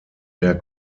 der